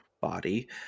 body